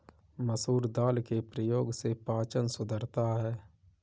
मसूर दाल के प्रयोग से पाचन सुधरता है